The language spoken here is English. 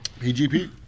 PGP